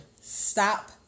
Stop